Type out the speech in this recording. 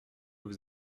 vous